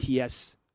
ATS